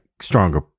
stronger